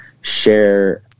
share